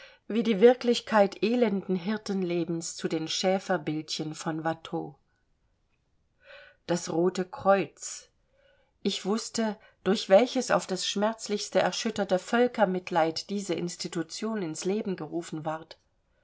wie die wirklichkeit elenden hirtenlebens zu den schäferbildchen von watteau das rote kreuz ich wußte durch welches auf das schmerzlichste erschütterte völkermitleid diese institution ins leben gerufen ward